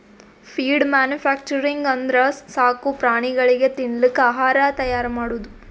feed manufacturing ಅಂದ್ರ ಸಾಕು ಪ್ರಾಣಿಗಳಿಗ್ ತಿನ್ನಕ್ ಆಹಾರ್ ತೈಯಾರ್ ಮಾಡದು